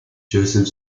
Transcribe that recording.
joseph